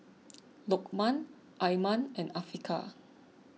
Lokman Iman and Afiqah